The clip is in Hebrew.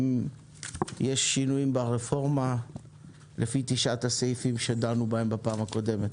האם יש שינויים ברפורמה לפי תשעת הסעיפים שדנו בהם בפעם הקודמת?